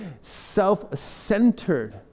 self-centered